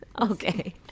Okay